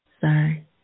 Sorry